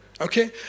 Okay